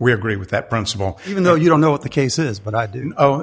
we agree with that principle even though you don't know what the cases but i do oh